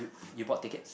you bought tickets